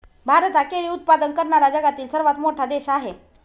भारत हा केळी उत्पादन करणारा जगातील सर्वात मोठा देश आहे